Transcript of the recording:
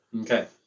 Okay